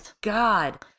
God